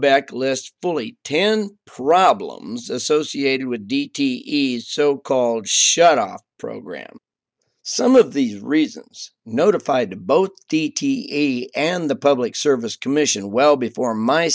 backlist fully ten problems associated with d t e so called shut off program some of these reasons notified both the t and the public service commission well before my